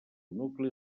nucli